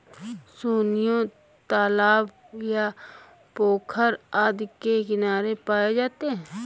योनियों तालाब या पोखर आदि के किनारे पाए जाते हैं